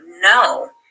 no